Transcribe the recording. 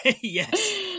yes